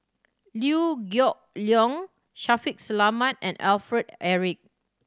Liew Geok Leong Shaffiq Selamat and Alfred Eric